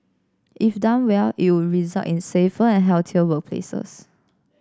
if done well it would result in safer and healthier workplaces